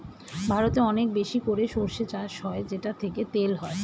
ভারতে অনেক বেশি করে সরষে চাষ হয় যেটা থেকে তেল হয়